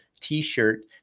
t-shirt